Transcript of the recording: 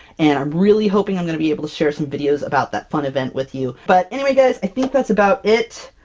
and i'm really hoping i'm gonna be able to share some videos about that fun event with you, but anyway guys. i think that's about it